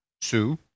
sue